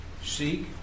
Seek